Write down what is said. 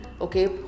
okay